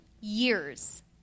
years